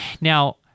Now